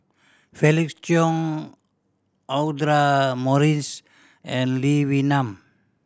Felix Cheong Audra Morrice and Lee Wee Nam